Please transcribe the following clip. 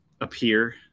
appear